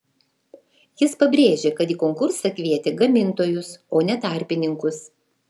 jis pabrėžė kad į konkursą kvietė gamintojus o ne tarpininkus